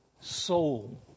soul